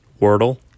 Wordle